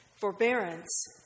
forbearance